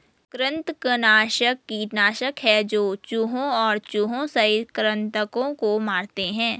कृंतकनाशक कीटनाशक है जो चूहों और चूहों सहित कृन्तकों को मारते है